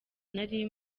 nari